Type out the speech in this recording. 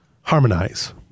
harmonize